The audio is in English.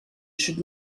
should